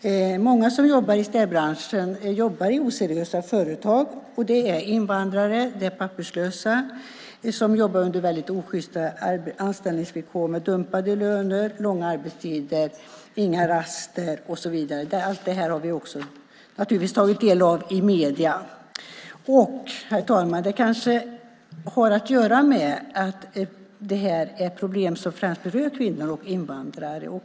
Många i städbranschen jobbar i oseriösa företag. Invandrare och papperslösa jobbar under väldigt osjysta anställningsvillkor - dumpade löner, långa arbetstider, inga raster och så vidare. Allt sådant har vi naturligtvis också tagit del av i medierna. Herr talman! Kanske har det hela att göra med att det handlar om problem som främst berör kvinnor och invandrare.